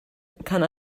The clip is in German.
kann